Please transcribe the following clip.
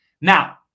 Now